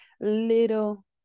little